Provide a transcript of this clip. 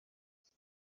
است